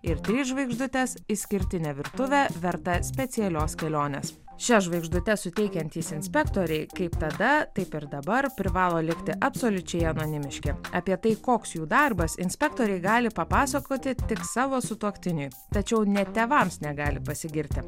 ir trys žvaigždutės išskirtinė virtuvė verta specialios kelionės šias žvaigždutes suteikiantys inspektoriai kaip tada taip ir dabar privalo likti absoliučiai anonimiški apie tai koks jų darbas inspektoriai gali papasakoti tik savo sutuoktiniui tačiau net tėvams negali pasigirti